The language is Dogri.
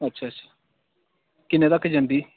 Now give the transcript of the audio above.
अच्छा अच्छा किन्ने तक्क जंदी